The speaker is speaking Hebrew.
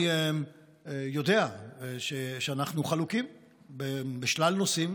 אני יודע שאנחנו חלוקים בשלל נושאים,